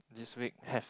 this week have